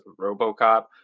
robocop